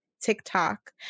TikTok